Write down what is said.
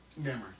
memory